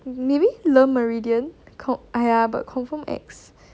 maybe le meridian con~ !aiya! but confirm ex